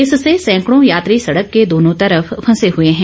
इससे सैकड़ों यात्री सड़क के दोनों तरफ फंसे हुए हैं